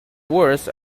worse